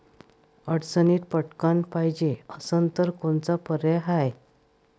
अडचणीत पटकण पायजे असन तर कोनचा पर्याय हाय?